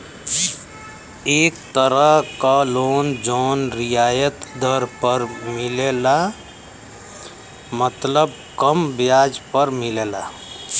एक तरह क लोन जौन रियायत दर पर मिलला मतलब कम ब्याज पर मिलला